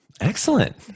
Excellent